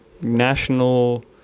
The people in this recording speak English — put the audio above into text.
national